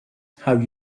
have